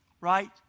right